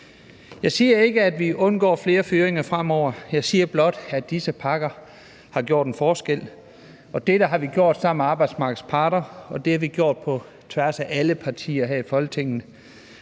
Jeg siger ikke, at vi undgår flere fyringer fremover. Jeg siger blot, at disse pakker har gjort en forskel. Det har vi gjort sammen med arbejdsmarkedets parter, og det har vi gjort på tværs af alle partier her i Folketinget.